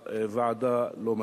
הוועדה לא מסכימה.